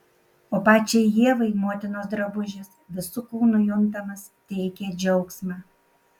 o pačiai ievai motinos drabužis visu kūnu juntamas teikė džiaugsmą